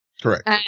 Correct